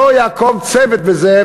אם לא יעקוב צוות בזה,